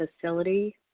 facility